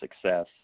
success